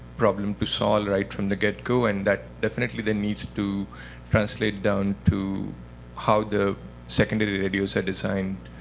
problem to solve right from the get-go, and that definitely then needs to translate down to how the secondary radios are designed